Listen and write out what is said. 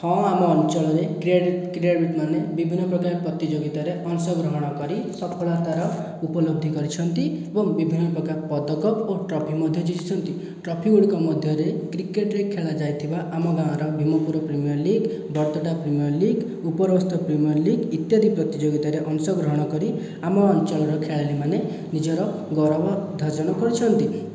ହଁ ଆମ ଅଞ୍ଚଳରେ କ୍ରିୟା କ୍ରିୟାବିତ ମାନେ ବିଭିନ୍ନ ପ୍ରକାର ପ୍ରତିଯୋଗିତାରେ ଅଂଶ ଗ୍ରହଣ କରି ସଫଳତାର ଉପଲବ୍ଧି କରିଛନ୍ତି ଓ ବିଭିନ୍ନ ପ୍ରକାର ପଦକ ଓ ଟ୍ରଫି ମଧ୍ୟ ଜିତିଛନ୍ତି ଟ୍ରଫି ଗୁଡ଼ିକ ମଧ୍ୟରେ କ୍ରିକେଟରେ ଖେଳା ଯାଇଥିବା ଆମ ଗାଁର Bhimpur premier league Barpada premier league Uparasta premier league ଇତ୍ୟାଦି ପ୍ରତିଯୋଗିତା ରେ ଅଂଶ ଗ୍ରହଣ କରି ଆମ ଅଞ୍ଚଳର ଖେଳାଳି ମାନେ ନିଜର ଗୌରବ ଅର୍ଜନ କରିଛନ୍ତି